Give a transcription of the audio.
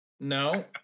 No